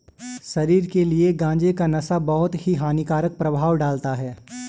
शरीर के लिए गांजे का नशा बहुत ही हानिकारक प्रभाव डालता है